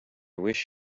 wish